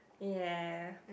ya